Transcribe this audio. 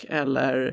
eller